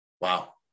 wow